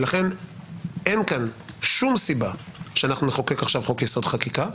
ולכן אין כאן שום סיבה שאנחנו לחוקק עכשיו חוק-יסוד: חקיקה.